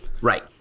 Right